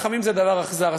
רחמים זה דבר אכזר,